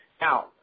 Now